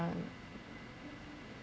ah